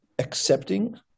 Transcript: accepting